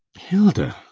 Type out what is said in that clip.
hilda.